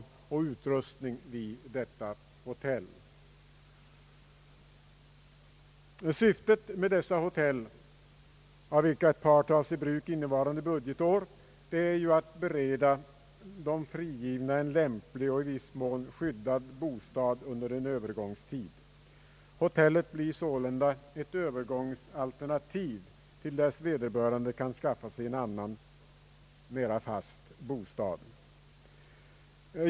Syftet med dessa hotell, av vilka ett par tas i bruk innevarande budgetår, är att bereda frigivna en lämplig och i viss mån skyddad bostad under en övergångstid. Hotellet blir sålunda ett övergångsalternativ till dess vederbörande kan skaffa sig annan, mera fast bostad.